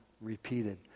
repeated